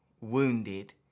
wounded